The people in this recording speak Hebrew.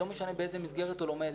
לא משנה באיזה מסגרת הוא לומד,